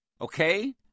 Okay